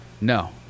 No